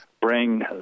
bring